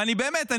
באמת,